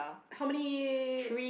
how many